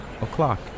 o'clock